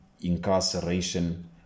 incarceration